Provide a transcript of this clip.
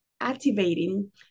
activating